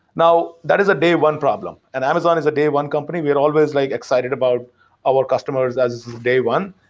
now, that is a day one problem, and amazon is a day one company. we're always like excited about our customers as day one.